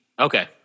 okay